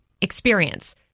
experience